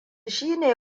shine